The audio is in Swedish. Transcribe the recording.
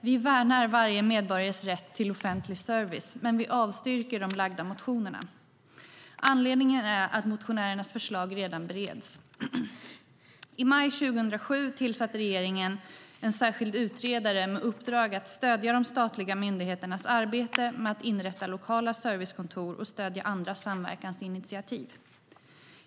Vi värnar varje medborgares rätt till offentlig service, men vi avstyrker de lagda motionerna. Anledningen är att motionärernas förslag redan bereds. I maj 2007 tillsatte regeringen en särskild utredare med uppdrag att stödja de statliga myndigheternas arbete med att inrätta lokala servicekontor och stödja andra samverkansinitiativ.